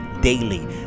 daily